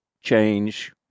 Change